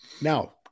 Now